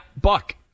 Buck